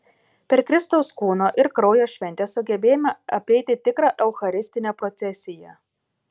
per kristaus kūno ir kraujo šventę sugebėjome apeiti tikrą eucharistinę procesiją